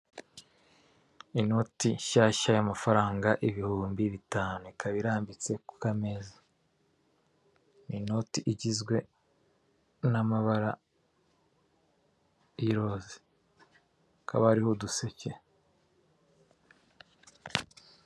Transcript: Inoti nshyashya y'amafaranga ibihumbi bitanu ikaba irambitse ku kameza, n'inoti igizwe n'amabara y'iroze hakaba hariho uduseke.